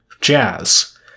jazz